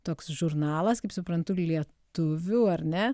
toks žurnalas kaip suprantu lietuvių ar ne